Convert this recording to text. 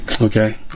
Okay